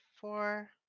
four